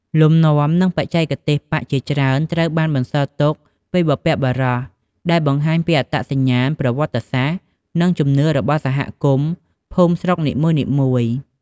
លំនាំ និងបច្ចេកទេសប៉ាក់ជាច្រើនត្រូវបានបន្សល់ទុកពីបុព្វបុរស ដែលបង្ហាញពីអត្តសញ្ញាណ ប្រវត្តិសាស្ត្រ និងជំនឿរបស់សហគមន៍ ភូមិ ស្រុកនីមួយៗ។